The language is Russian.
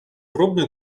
пробную